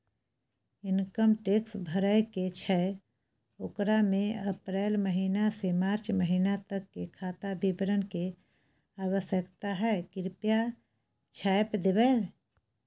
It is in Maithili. इनकम टैक्स भरय के छै ओकरा में अप्रैल महिना से मार्च महिना तक के खाता विवरण के आवश्यकता हय कृप्या छाय्प देबै?